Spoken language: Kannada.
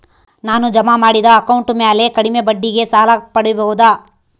ನಾನು ಜಮಾ ಮಾಡಿದ ಅಕೌಂಟ್ ಮ್ಯಾಲೆ ಕಡಿಮೆ ಬಡ್ಡಿಗೆ ಸಾಲ ಪಡೇಬೋದಾ?